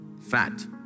fat